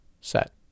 set